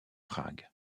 prague